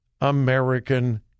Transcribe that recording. American